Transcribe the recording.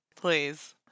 please